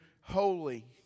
holy